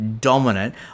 dominant